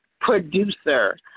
producer